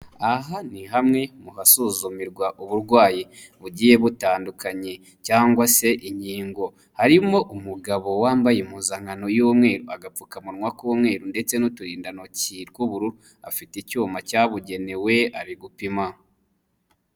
Aha ni hamwe mu hasuzumirwa uburwayi bugiye butandukanye cyangwa se inkingo, harimo umugabo wambaye impuzankano y'umweru, agapfukamunwa k'umweru ndetse n'uturindantoki tw'ubururu, afite icyuma cyabugenewe ,ari gupima.